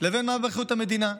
לבין מה באחריות המדינה.